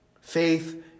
Faith